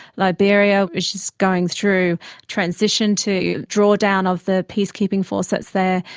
liberia which is going through transition to draw down of the peacekeeping force that's there,